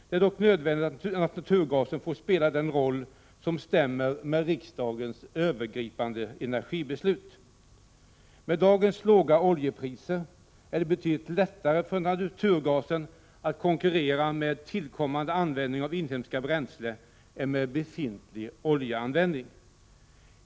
Det är dock nödvändigt att naturgasen får spela den roll som stämmer med riksdagens övergripande energibeslut. Med dagens låga oljepriser är det betydligt lättare för naturgasen att konkurrera med tillkommande användning av inhemska bränslen än med befintlig oljeanvändning.